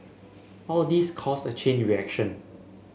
all these cause a chain reaction